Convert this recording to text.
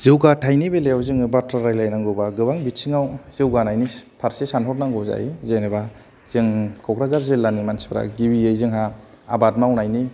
जौगाथाइनि बेलायाव जोङो बाथ्रा रायलायनांगौबा गोबां बिथिङाव जौगानायनि फारसे सानहरनांगौ जायो जेनेबा जों क'क्राझार जिलानि मानसिफोरा गिबियै जोंहा आबाद मावनायनि